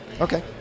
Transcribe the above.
Okay